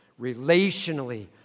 relationally